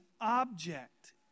object